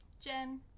Jen